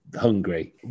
hungry